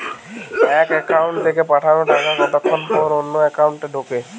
এক একাউন্ট থেকে পাঠানো টাকা কতক্ষন পর অন্য একাউন্টে ঢোকে?